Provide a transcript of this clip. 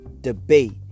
debate